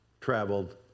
traveled